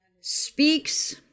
speaks